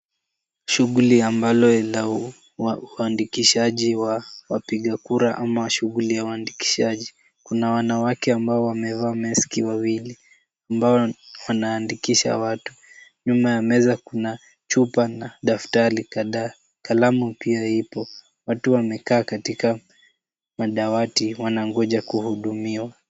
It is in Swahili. Shugli ambalo linakuandikishaji wa wapigakura ama shughuli ya waandishi, kuna wanawake ambao wamevaa maski wawili ambao wanaandikisha watu, nyuma ya meza kuna chupa na daftari kadhaa kalamu mpya ipo watu wamekaa katika madawati wanangoja kuhudumiwa.